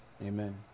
Amen